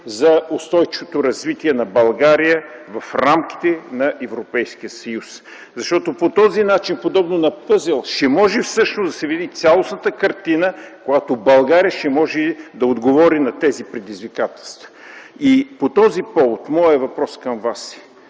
за устойчивото развитие на България в рамките на Европейския съюз. Защото по този начин, подобно на пъзел, ще може всъщност да се види цялостната картина, когато България ще може да отговори на тези предизвикателства. По този повод моят въпрос към Вас е: